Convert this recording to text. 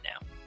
now